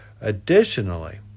Additionally